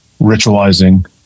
ritualizing